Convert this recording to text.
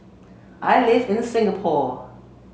I live in Singapore